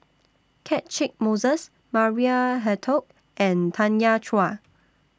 Catchick Moses Maria Hertogh and Tanya Chua